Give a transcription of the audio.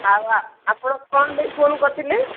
ଆଉ ଆପଣ କ'ଣ ପାଇଁ ଫୋନ୍ କରିଥିଲେ